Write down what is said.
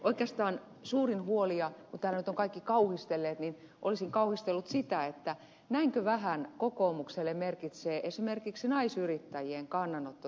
oikeastaan suurin huoli on kun nyt täällä ovat kaikki kauhistelleet olisin myös kauhistellut näinkö vähän kokoomukselle merkitsee esimerkiksi naisyrittäjien kannanotto tähän asiaan